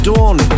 Dawn